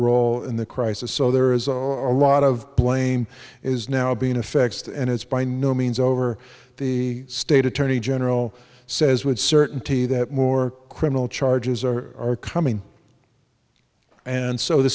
role in the crisis so there is all rot of blame is now being affected and it's by no means over the state attorney general says would certainty that more criminal charges are coming and so the